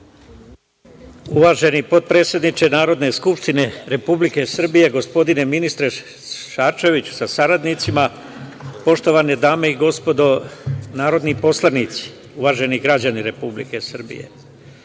Uvaženi potpredsedniče Narodne skupštine Republike Srbije, gospodine ministre Šarčeviću sa saradnicima, poštovane dame i gospodo narodni poslanici, uvaženi građani Republike Srbije,